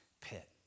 pit